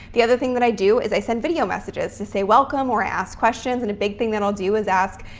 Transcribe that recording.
the other thing that i do is i send video messages to say welcome or i ask questions, and a big thing that i'll do is ask,